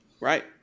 right